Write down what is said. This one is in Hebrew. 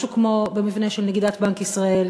משהו כמו המבנה של נגידת בנק ישראל,